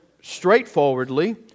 straightforwardly